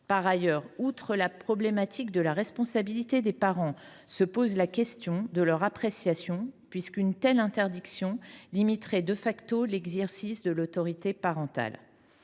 Par ailleurs, au delà de la problématique de la responsabilité des parents, se pose la question de leur appréciation, puisqu’une telle interdiction limiterait l’exercice de l’autorité parentale.